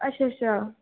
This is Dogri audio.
अच्छा अच्छा